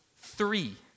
three